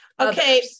okay